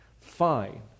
Fine